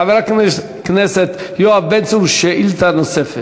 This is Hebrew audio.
חבר הכנסת יואב בן צור, שאלה נוספת.